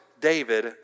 David